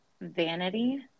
Vanity